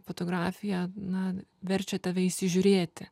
fotografija na verčia tave įsižiūrėti